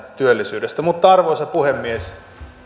työllisyydestä arvoisa puhemies